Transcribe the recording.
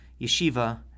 yeshiva